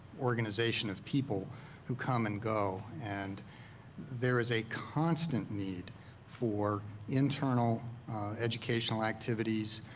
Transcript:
organization of people who come and go. and there is a constant need for internal educational activities,